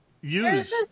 use